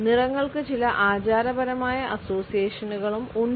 നിറങ്ങൾക്ക് ചില ആചാരപരമായ അസോസിയേഷനുകളും ഉണ്ട്